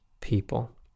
people